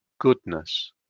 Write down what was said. goodness